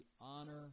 honor